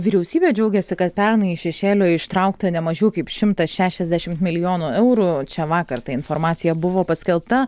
vyriausybė džiaugiasi kad pernai iš šešėlio ištraukta ne mažiau kaip šimtas šešiasdešimt milijonų eurų čia vakar ta informacija buvo paskelbta